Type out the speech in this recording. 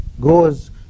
goes